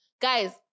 Guys